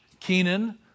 Kenan